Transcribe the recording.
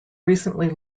recently